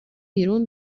بیرون